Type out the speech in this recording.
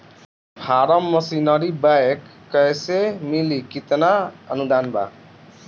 Form machinery back कैसे मिली कितना अनुदान बा?